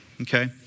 okay